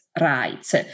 rights